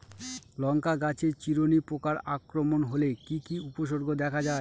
লঙ্কা গাছের চিরুনি পোকার আক্রমণ হলে কি কি উপসর্গ দেখা যায়?